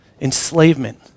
enslavement